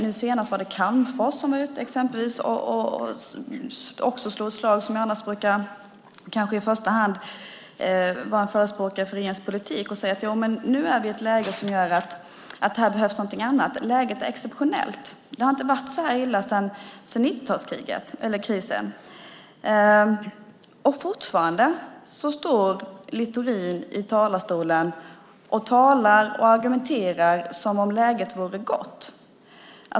Nu senast sade Calmfors, som annars brukar vara en förespråkare för regeringens politik, att nu är vi ett läge där det behövs någonting annat. Läget är exceptionellt. Det har inte varit så här illa sedan 90-talskrisen. Och fortfarande står Littorin i talarstolen och talar och argumenterar som om läget vore gott.